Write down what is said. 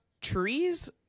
Tree's